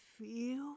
feel